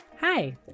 hi